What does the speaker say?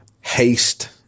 haste